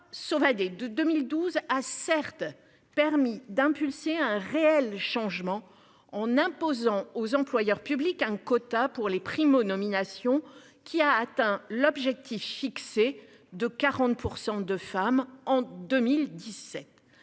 Sauvadet de 2012 a certes permis d'impulser un réel changement en imposant aux employeurs publics un quota pour les primo-nomination qui a atteint l'objectif fixé de 40% de femmes en 2017.